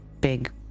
big